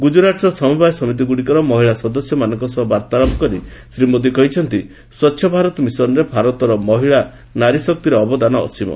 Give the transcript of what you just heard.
ଗୁକୁରାଟ୍ର ସମବାୟ ସମିତିଗୁଡ଼ିକର ମହିଳା ସଦସ୍ୟମାନଙ୍କ ସହ ବାର୍ଭାଳାପ କରି ଶ୍ରୀ ମୋଦି କହିଛନ୍ତି ସ୍ୱଚ୍ଛ ଭାରତ ମିଶନରେ ଭାରତର ମହିଳା ନାରୀଶକ୍ତିର ଅବଦାନ ଅସୀମ